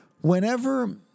Whenever